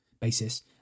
basis